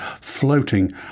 Floating